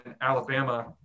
Alabama